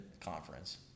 conference